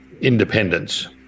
independence